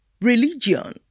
religion